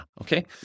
Okay